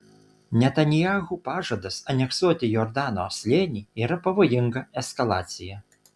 netanyahu pažadas aneksuoti jordano slėnį yra pavojinga eskalacija